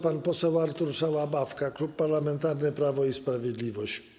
Pan poseł Artur Szałabawka, Klub Parlamentarny Prawo i Sprawiedliwość.